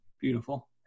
beautiful